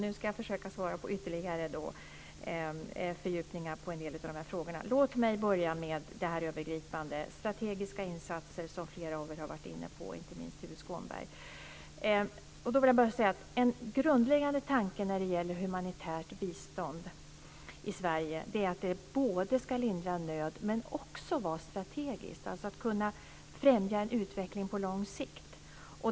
Nu ska jag försöka svara på ytterligare fördjupningar av en del av frågorna. Låt mig börja med det övergripande; strategiska insatser. Flera av er har ju varit inne på det, inte minst Tuve Skånberg. En grundläggande tanke i Sverige när det gäller humanitärt bistånd är att det både ska lindra nöd och även vara strategiskt. Det ska alltså kunna främja en utveckling på lång sikt.